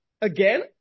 Again